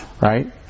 right